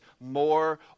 more